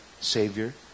Savior